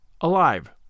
alive